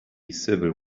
civil